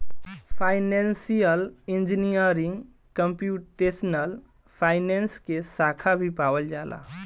financial engineering computational finance के साखा भी पावल जाला